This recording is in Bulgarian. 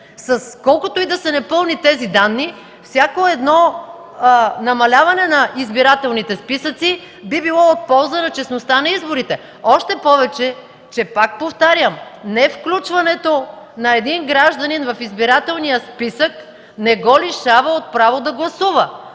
Колкото и да са непълни тези данни, всяко намаляване на избирателните списъци би било в полза за честността на изборите. Пак повтарям: невключването на даден гражданин в избирателния списък не го лишава от право да гласува.